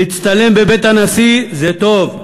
להצטלם בבית-הנשיא, זה טוב.